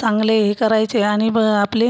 चांगले हे करायचे आनि बं आपले